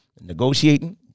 negotiating